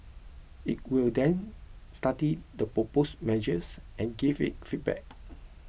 it will then study the proposed measures and give its feedback